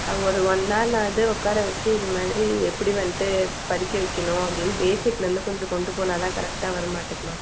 ஒரு one hour ஆவது உக்கார வெச்சு இது மாதிரி எப்படி வந்துட்டு படிக்க வைக்கிணும் அப்படின் பேசிக் நல்லா கொஞ்சம் கொண்டு போனால் தான் கரெக்ட்டாக வரும்மாட்டுக்கு மா